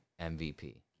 MVP